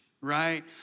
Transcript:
right